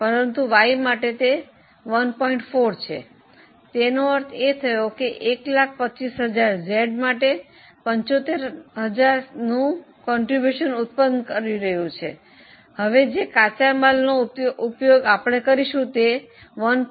4 છે તેનો અર્થ એ કે 125000 Z માટે 75000 નું ફાળા ઉત્પન્ન કરી રહ્યું છે હવે જે કાચા માલનો આપણે ઉપયોગ કરીશું તે 1